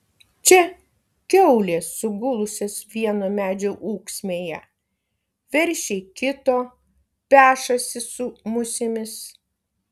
čia kiaulės sugulusios vieno medžio ūksmėje veršiai kito pešasi su musėmis